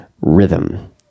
rhythm